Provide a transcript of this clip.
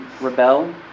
rebel